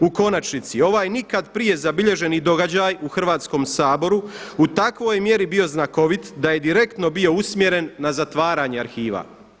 U konačnici, ovaj nikad prije zabilježeni događaj u Hrvatskom saboru u takvoj mjeri bio znakovit da je direktno bio usmjeren za zatvaranje arhiva.